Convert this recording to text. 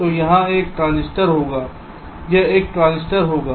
तो यहां एक ट्रांजिस्टर होगा यहां एक ट्रांजिस्टर होगा